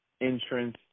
entrance